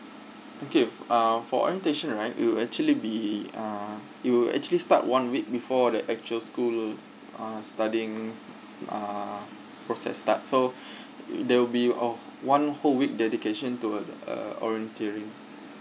okay uh for orientation right it will actually be uh it will actually start one week before the actual school uh studying uh process start so there'll be a one whole week dedication to uh orienteering